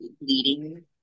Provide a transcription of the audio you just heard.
leading